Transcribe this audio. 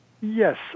yes